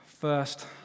first